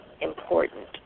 important